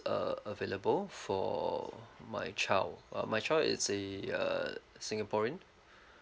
uh available for my child my child is a uh singaporean